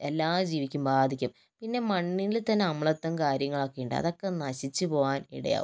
എല്ലാ ജീവിക്കും ബാധിക്കും പിന്നെ മണ്ണിൽ തന്നെ അമ്ലത്വം കാര്യങ്ങളൊക്കെ ഉണ്ട് അതൊക്കെ നശിച്ച് പോകാൻ ഇടയാകും